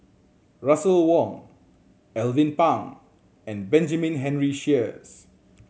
Russel Wong Alvin Pang and Benjamin Henry Sheares